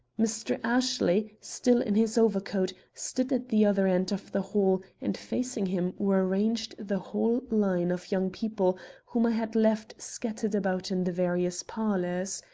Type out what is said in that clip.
mr. ashley, still in his overcoat, stood at the other end of the hall, and facing him were ranged the whole line of young people whom i had left scattered about in the various parlors.